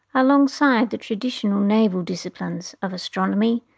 alongside the traditional naval disciplines of astronomy,